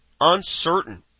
uncertain